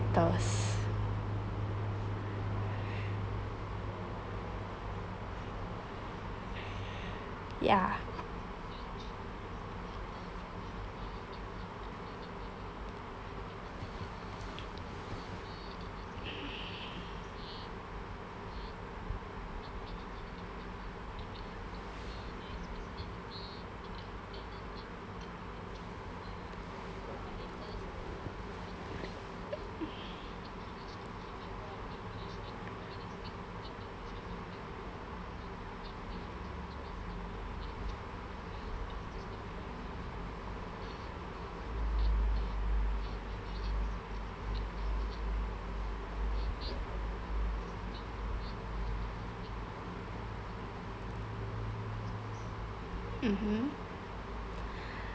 factors ya mmhmm